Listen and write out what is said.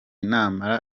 namara